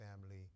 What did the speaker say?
family